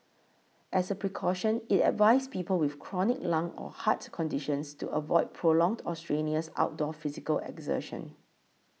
as a precaution it advised people with chronic lung or heart conditions to avoid prolonged or strenuous outdoor physical exertion